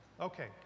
Okay